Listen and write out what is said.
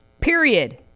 Period